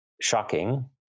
shocking